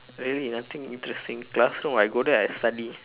really nothing interesting classroom I go there I study